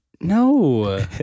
No